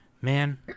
Man